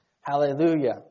Hallelujah